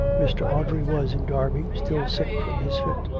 mr. audrey was in derby, still sick from his fit.